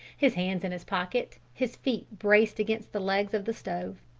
his hands in his pockets, his feet braced against the legs of the stove.